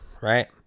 Right